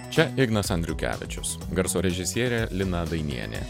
čia ignas andriukevičius garso režisierė lina dainienė